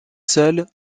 seule